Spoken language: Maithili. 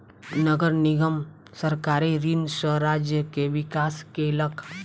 नगर निगम सरकारी ऋण सॅ राज्य के विकास केलक